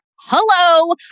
Hello